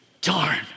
darn